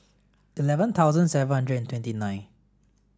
eleven thousand seven hundred and twenty nine